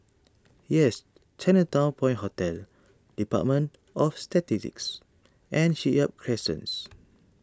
Yes Chinatown Point Hotel Department of Statistics and Shipyard Crescents